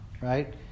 right